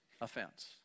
offense